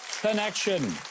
Connection